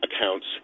accounts